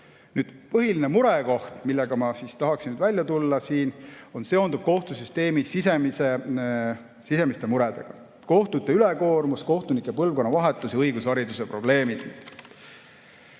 Põhiline murekoht, millega ma tahan nüüd välja tulla, seondub kohtusüsteemi sisemiste muredega: kohtute ülekoormus, kohtunike põlvkonnavahetus ja õigushariduse probleemid.